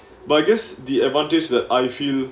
but I guess the advantage that I feel